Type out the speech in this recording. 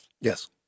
Yes